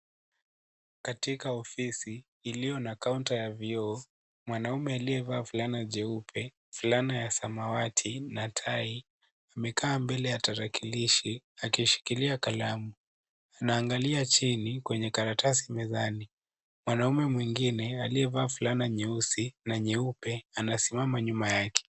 Katika ofisi iliyo na kaunta ya vioo mwanaume aliyevaa fulana jeupe, fulana ya samawati na tai amekaa mbele ya tarakilishi akishikilia kalamu. Anaangalia chini kwenye karatasi mezani. Mwanamme mwingine aliyevaa fulana nyeusi na nyeupe anasimama nyuma yake.